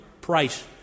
price